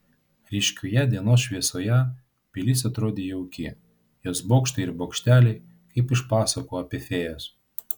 ryškioje dienos šviesoje pilis atrodė jauki jos bokštai ir bokšteliai kaip iš pasakų apie fėjas